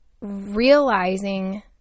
realizing